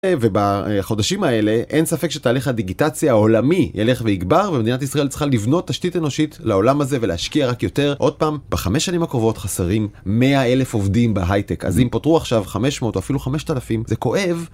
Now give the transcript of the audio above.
ובחודשים האלה אין ספק שתהליך הדיגיטציה העולמי ילך ויגבר ומדינת ישראל צריכה לבנות תשתית אנושית לעולם הזה ולהשקיע רק יותר. עוד פעם בחמש שנים הקרובות חסרים מאה אלף עובדים בהייטק אז אם פוטרו עכשיו חמש מאות או אפילו חמש אלפים זה כואב...